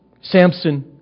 Samson